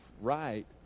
right